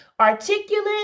articulate